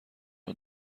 نوع